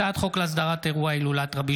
הצעת חוק להסדרת אירוע הילולת רבי